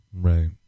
Right